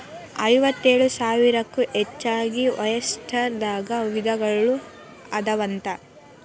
ಐವತ್ತೇಳು ಸಾವಿರಕ್ಕೂ ಹೆಚಗಿ ಒಯಸ್ಟರ್ ದಾಗ ವಿಧಗಳು ಅದಾವಂತ